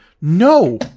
no